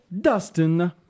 Dustin